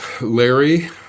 Larry